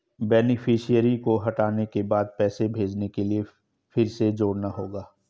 beneficiary को हटाने के बाद पैसे भेजने के लिए फिर से जोड़ना होगा